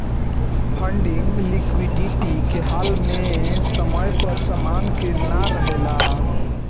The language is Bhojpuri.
फंडिंग लिक्विडिटी के हाल में समय पर समान के ना रेहला